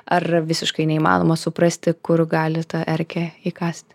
ar visiškai neįmanoma suprasti kur gali tą erkė įkąsti